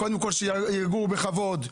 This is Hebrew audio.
קודם כל שיגורו בכבוד,